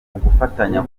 mugafatanya